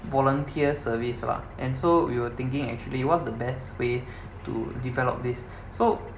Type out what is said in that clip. volunteer service lah and so we were thinking actually what's the best way to develop this so